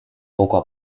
poco